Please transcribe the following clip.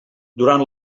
durant